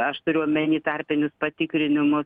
aš turiu omeny tarpinius patikrinimus